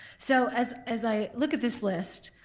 so as as i look at this list,